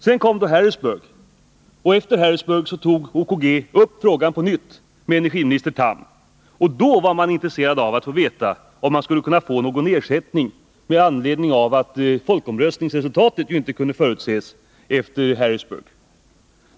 Sedan kom Harrisburghändelsen, och efter den tog OKG upp frågan på nytt med energiminister Tham. Då var man intresserad av att få veta om man skulle kunna få någon ersättning för eventuella förseningar med anledning av att folkomröstningsresultatet inte, efter Harrisburghändelsen, kunde förutses.